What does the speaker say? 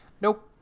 nope